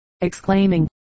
exclaiming